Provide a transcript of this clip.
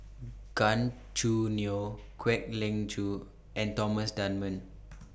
Gan Choo Neo Kwek Leng Joo and Thomas Dunman